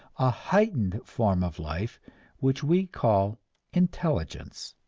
a heightened form of life which we call intelligence.